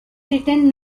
written